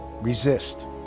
Resist